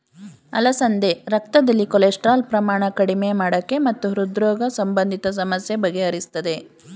ಅಲಸಂದೆ ರಕ್ತದಲ್ಲಿ ಕೊಲೆಸ್ಟ್ರಾಲ್ ಪ್ರಮಾಣ ಕಡಿಮೆ ಮಾಡಕೆ ಮತ್ತು ಹೃದ್ರೋಗ ಸಂಬಂಧಿತ ಸಮಸ್ಯೆ ಬಗೆಹರಿಸ್ತದೆ